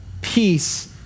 peace